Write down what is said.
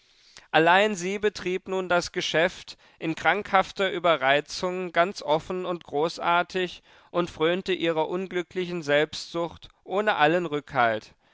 allein sie betrieb nun das geschäft in krankhafter überreizung ganz offen und großartig und frönte ihrer unglücklichen selbstsucht ohne allen rückhalt